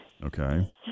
Okay